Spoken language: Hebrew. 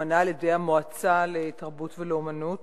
שהתמנה על-ידי המועצה לתרבות ולאמנות.